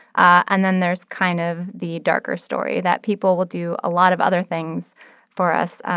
and then there's kind of the darker story that people will do a lot of other things for us,